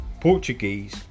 Portuguese